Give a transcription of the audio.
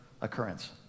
occurrence